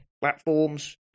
platforms